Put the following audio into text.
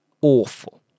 awful